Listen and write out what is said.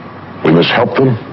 we must help them,